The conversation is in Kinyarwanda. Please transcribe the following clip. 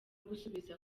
gusubiza